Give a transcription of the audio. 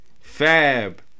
Fab